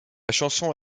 chanson